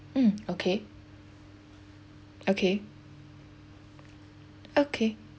um okay okay okay